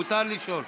מרגי,